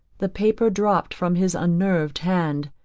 the paper dropt from his unnerved hand.